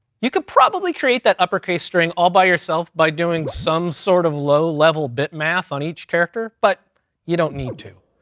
you could probably create that uppercase string all by yourself by doing some sort of low level bit math on each character, but you don't need to,